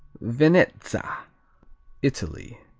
venezza italy